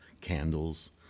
candles